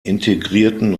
integrierten